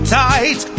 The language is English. tight